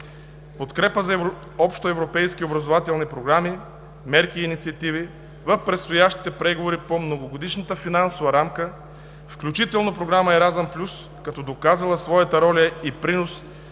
подкрепа за общоевропейски образователни програми, мерки и инициативи в предстоящите преговори по Многогодишната финансова рамка, включително програмата „Еразъм +“, като доказала своята роля и принос